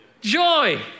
Joy